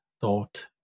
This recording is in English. thought